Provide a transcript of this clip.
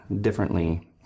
differently